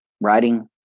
writing